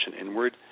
inward